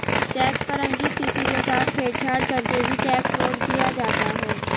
check पर अंकित तिथि के साथ छेड़छाड़ करके भी चेक फ्रॉड किया जाता है